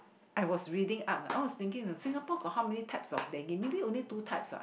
I was reading up I was thinking Singapore got how many types of Dengue maybe only two types ah